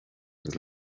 agus